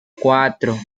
cuatro